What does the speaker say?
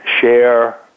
share